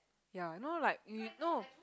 ya no like you no